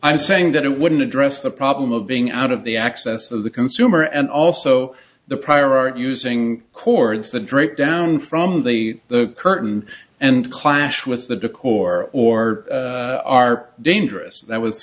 i'm saying that it wouldn't address the problem of being out of the access of the consumer and also the prior art using cords the drake down from the curtain and clash with the decor or are dangerous that was